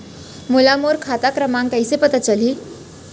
मोला मोर खाता क्रमाँक कइसे पता चलही?